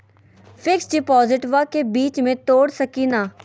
Fix डिपोजिटबा के बीच में तोड़ सकी ना?